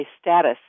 status